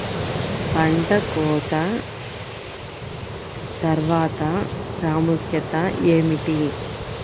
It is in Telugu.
పంట కోత తర్వాత ప్రాముఖ్యత ఏమిటీ?